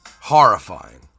horrifying